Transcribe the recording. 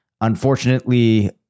Unfortunately